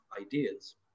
ideas